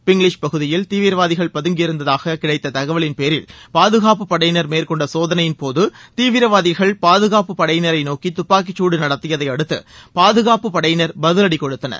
பிங்லிஷ் பகுதியில் தீவிரவாதிகள் பதங்கியிருப்பதாக கிடைத்த தகவலின் பெயரில் பாதுகாப்புப் படையினர் மேற்கொண்ட சோதனையின் போது தீவிரவாதிகள் பாதுகாப்பு படையினரை நோக்கி துப்பாக்கிச் சூடு நடத்தியதை அடுத்து பாதுகாப்பு படையினர் பதிலடி கொடுத்தனர்